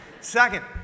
Second